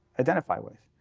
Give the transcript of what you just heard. identify with.